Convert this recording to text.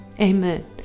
Amen